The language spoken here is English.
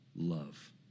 love